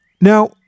Now